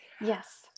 yes